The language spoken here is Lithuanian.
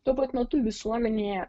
tuo pat metu visuomenėje